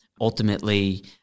Ultimately